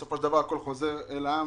בסופו של דבר הכול חוזר אל העם.